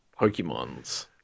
Pokemons